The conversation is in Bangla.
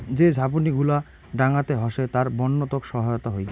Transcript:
যে ঝাপনি গুলো ডাঙাতে হসে তার বন্য তক সহায়তা হই